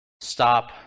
stop